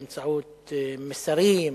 באמצעות מסרים,